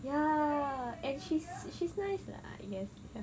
ya and she's she's nice lah you know okay lah